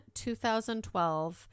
2012